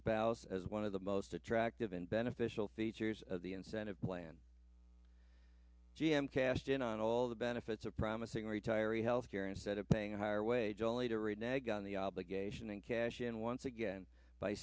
spouse as one of the most attractive and beneficial features of the incentive plan g m cashed in on all the benefits of promising retiree health care instead of paying a higher wage only to read nag on the obligation and cash in once again by